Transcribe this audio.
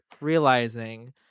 realizing